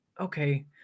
okay